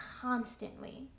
constantly